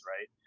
right